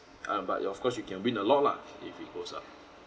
um but you of course you can win a lot lah if it goes up